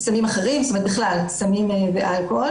סמים אחרים ובכלל, סמים ואלכוהול.